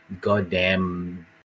goddamn